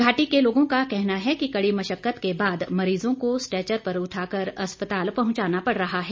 घाटी के लोगों का कहना है कि कड़ी मश्कत के बाद मरीजों को स्टेचर पर उठाकर अस्पताल पहुंचाना पड़ रहा है